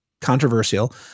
controversial